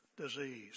disease